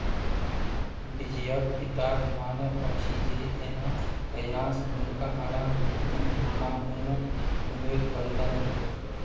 विजयक पिताक मानब अछि जे एना कयलासँ हुनका आराम भेटतनि आ हुनक उमेर बढ़तनि